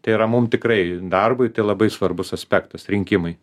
tai yra mum tikrai darbui tai labai svarbus aspektas rinkimai